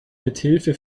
mithilfe